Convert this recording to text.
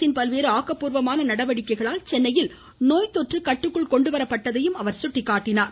அரசின் பல்வேறு ஆக்கப்பூர்வமான நடவடிக்கைகளால் சென்னையில் நோய்த்தொற்று கட்டுக்குள் கொண்டுவரப்பட்டதையும் அவர் சுட்டிக்காட்டினார்